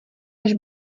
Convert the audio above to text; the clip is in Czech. než